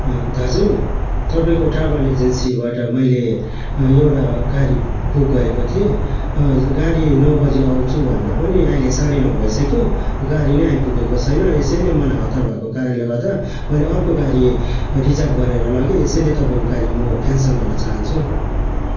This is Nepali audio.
दाजु तपाईँको ट्रेभल एजेन्सीबाट मैले एउटा गाडी बुक गरेको थिएँ गाडी नौ बजी आउँछु भन्दा पनि अहिले साढे नौ भइसक्यो गाडी नै आइपुगेको छैन यसैले मलाई हतार भएको कारणले गर्दा मैले अर्को गाडी रिजर्भ गरेर लगेँ यसैले तपाईँको गाडी म क्यान्सल गर्न चाहन्छु है